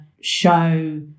show